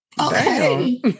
Okay